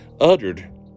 uttered